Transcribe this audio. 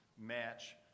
match